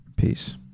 peace